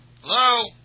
Hello